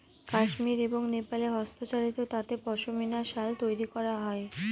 কাশ্মির এবং নেপালে হস্তচালিত তাঁতে পশমিনা শাল তৈরী করা হয়